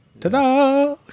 Ta-da